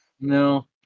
No